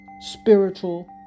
spiritual